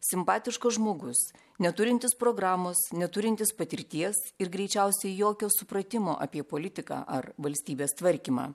simpatiškas žmogus neturintis programos neturintis patirties ir greičiausiai jokio supratimo apie politiką ar valstybės tvarkymą